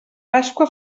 pasqua